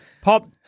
Pop